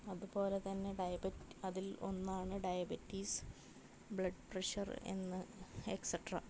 അതുപോലെതന്നെ ഡയബറ്റ് അതിൽ ഒന്നാണ് ഡയബറ്റിസ് ബ്ലഡ് പ്രഷറ് എന്ന എക്സെട്ര